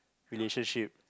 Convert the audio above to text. relationship